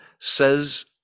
says